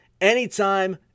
anytime